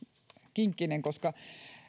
kinkkinen koska